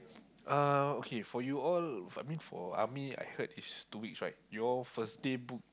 uh okay for you all I mean for Army I heard is two weeks right you all first day book